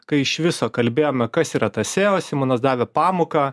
kai iš viso kalbėjome kas yra tas seo simonas davė pamoką